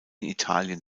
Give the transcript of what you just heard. italien